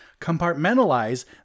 compartmentalize